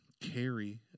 carry